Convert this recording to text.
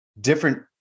different